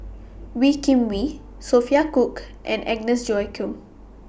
Wee Kim Wee Sophia Cooke and Agnes Joaquim